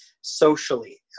socially